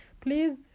Please